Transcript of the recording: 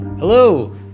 Hello